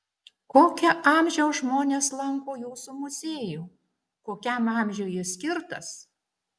kokio amžiaus žmonės lanko jūsų muziejų kokiam amžiui jis skirtas